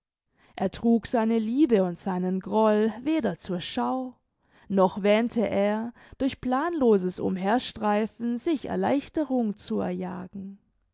er trug seine liebe und seinen groll weder zur schau noch wähnte er durch planloses umherstreifen sich erleichterung zu erjagen